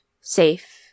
safe